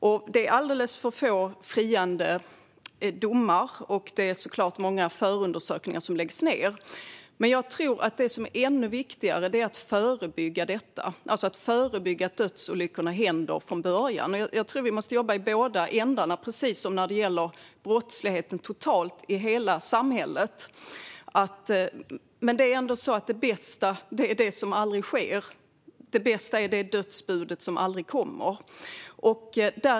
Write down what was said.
Det finns alldeles för många friande domar, och många förundersökningar läggs ned. Men det som är ännu viktigare är att förebygga att dödsolyckor händer från början. Vi måste jobba i båda ändarna, precis som i fråga om brottslighet totalt i samhället. Men det bästa är ändå det som aldrig sker, det vill säga det dödsbud som aldrig kommer.